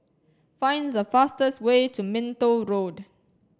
find the fastest way to Minto Road